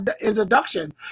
introduction